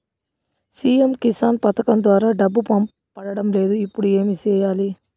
CM Kisan పథకం ద్వారా డబ్బు పడడం లేదు ఇప్పుడు ఏమి సేయాలి